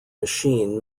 machine